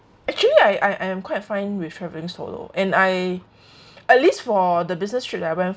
actually I I I'm quite fine with travelling solo and I at least for the business trip that I went